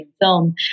film